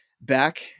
back